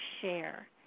share